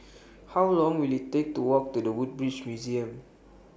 How Long Will IT Take to Walk to The Woodbridge Museum